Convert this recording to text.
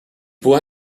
può